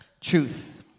Truth